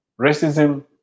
Racism